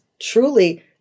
Truly